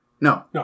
No